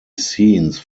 scenes